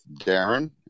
Darren